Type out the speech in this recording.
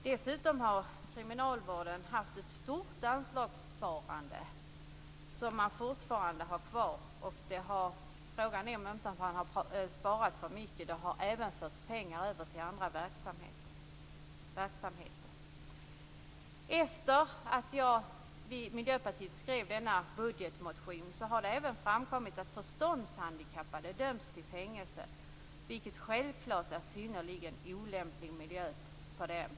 Dessutom har kriminalvården haft ett stort anslagssparande, som fortfarande gäller. Frågan är om man inte har sparat för mycket. Det har även förts över pengar till andra verksamheter. Efter att vi i Miljöpartiet skrev denna budgetmotion har det även framkommit att förståndshandikappade döms till fängelse, vilket självklart är en synnerligen olämplig miljö för dem.